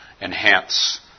enhance